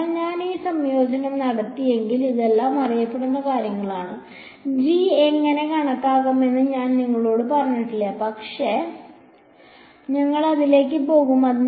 അതിനാൽ ഞാൻ ഈ സംയോജനം നടത്തിയാൽ ഇതെല്ലാം അറിയപ്പെടുന്ന കാര്യങ്ങളാണ് g എങ്ങനെ കണക്കാക്കണമെന്ന് ഞാൻ നിങ്ങളോട് പറഞ്ഞിട്ടില്ല പക്ഷേ ഞങ്ങൾ അതിലേക്ക് പോകും